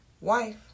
wife